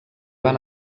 van